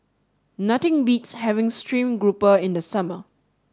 nothing beats having stream grouper in the summer